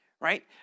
right